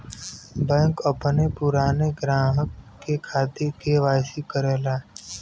bank अपने पुराने ग्राहक के खातिर के.वाई.सी करला